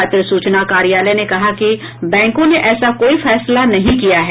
पत्र सूचना कार्यालय ने कहा है कि बैंकों ने ऐसा कोई फैसला नहीं किया है